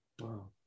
Wow